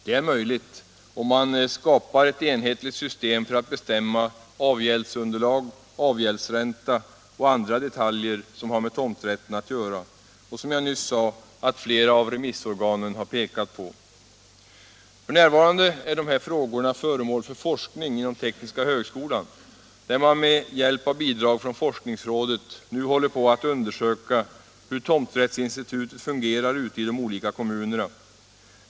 Det är möjligt om man skapar ett enhetligt system för att bestämma avgäldsunderlag, avgäldsränta och andra detaljer som har med tomträtten att göra och som jag nyss sade att flera av remissorganen har pekat på. F.n. är de här frågorna föremål för forskning inom tekniska högskolan, där man med bidrag från forskningsrådet nu håller på att undersöka hur tomträttsinstitutet fungerar ute i de olika kommunerna.